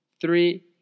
three